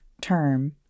term